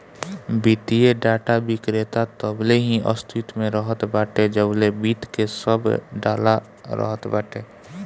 वित्तीय डाटा विक्रेता तबले ही अस्तित्व में रहत बाटे जबले वित्त के सब डाला रहत बाटे